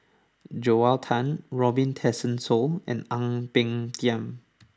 Joel Tan Robin Tessensohn and Ang Peng Tiam